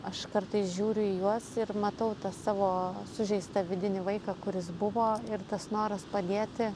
aš kartais žiūriu į juos ir matau tą savo sužeistą vidinį vaiką kuris buvo ir tas noras padėti